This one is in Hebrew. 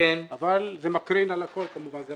אבל כמובן שזה